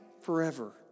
forever